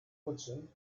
putzen